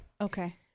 Okay